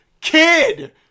kid